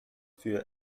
für